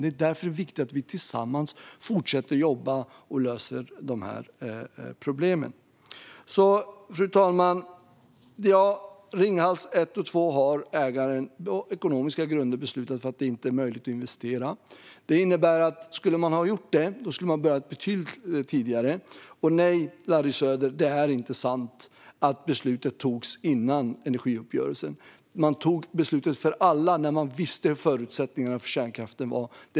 Därför är det viktigt att vi tillsammans fortsätter att jobba och löser problemen. Fru talman! Ägaren har på ekonomiska grunder beslutat att det inte är möjligt att investera i Ringhals 1 och 2. Det skulle man ha behövt göra betydligt tidigare. Och nej, Larry Söder, det är inte sant att beslutet togs före energiuppgörelsen. Beslutet fattades för alla när man visste hur förutsättningarna för kärnkraften var.